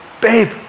Babe